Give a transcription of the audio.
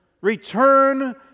Return